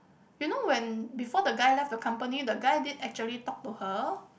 you know when before the guy left the company the guy did actually talk to her